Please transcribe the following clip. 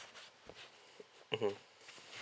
mmhmm